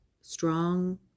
strong